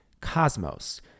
Cosmos